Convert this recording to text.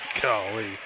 golly